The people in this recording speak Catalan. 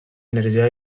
energia